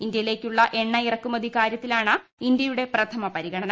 ഇന്ത്യയിലേക്കുള്ള എണ്ണ ഇറക്കുമതി കാര്യത്തിലാണ് ഇന്ത്യയുടെ പ്രഥമ പരിഗണന